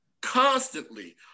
constantly